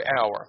hour